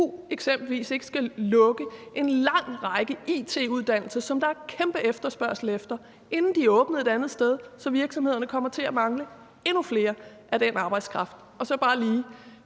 ITU eksempelvis ikke skal lukke en lang række it-uddannelser, som der er kæmpe efterspørgsel efter, inden de åbner et andet sted, så virksomhederne kommer til at mangle endnu mere af den arbejdskraft? Så vil jeg bare lige